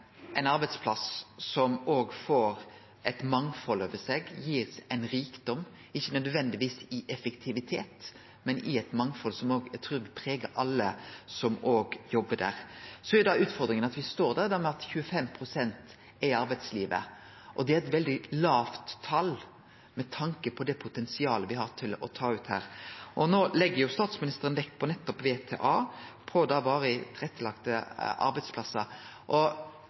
ein arbeidsplass som har eit mangfald over seg, får ein rikdom – ikkje nødvendigvis i effektivitet, men i eit mangfald som eg trur vil prege alle som jobbar der. Utfordringa er at 25 pst. er i arbeidslivet, og det er eit veldig lågt tal med tanke på det potensialet vi har til å ta ut. No legg statsministeren vekt på nettopp VTA,